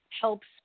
helps